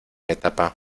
etapa